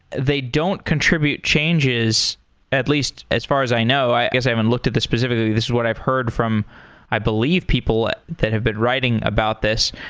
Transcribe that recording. they don't contribute changes at least as far as i know. i guess i haven't looked at the specifics. this is what i've heard from i believe people that have been writing about this.